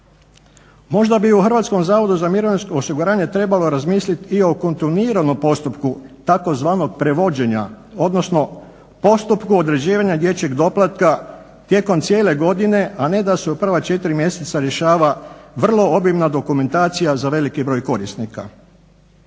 Možda bi u HZMO-u trebalo razmisliti i o kontinuiranom postupku tzv. prevođenja odnosno postupku određivanja dječjeg doplatka tijekom cijele godine a ne da se u prva 4 mjeseca rješava vrlo obimna dokumentacija za veliki broj korisnika.